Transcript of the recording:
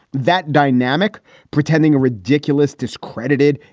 that dynamic pretending a ridiculous, discredited,